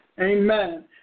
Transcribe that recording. Amen